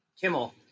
Kimmel